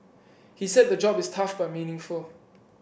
he said the job is tough but meaningful